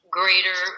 greater